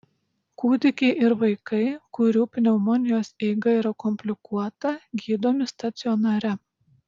kūdikiai ir vaikai kurių pneumonijos eiga yra komplikuota gydomi stacionare